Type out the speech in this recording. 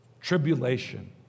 tribulation